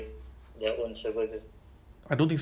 so it's only user use like the user